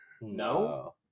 No